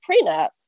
prenup